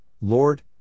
Lord